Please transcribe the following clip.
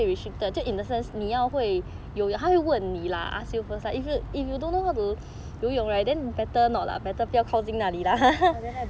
then I don't